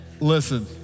Listen